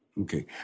Okay